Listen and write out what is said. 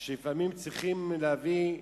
כשלפעמים צריכים להביא,